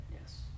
Yes